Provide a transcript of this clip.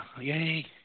Yay